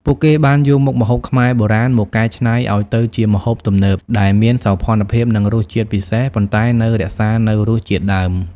ពួកគេបានយកមុខម្ហូបខ្មែរបុរាណមកកែច្នៃឲ្យទៅជាម្ហូបទំនើបដែលមានសោភ័ណភាព និងរសជាតិពិសេស ប៉ុន្តែនៅរក្សានូវរសជាតិដើម។